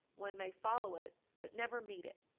one may follow it, but never meet it.